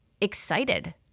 excited